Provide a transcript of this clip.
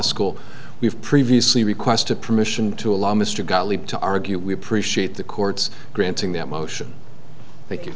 school we have previously requested permission to allow mr gottlieb to argue we appreciate the court's granting that motion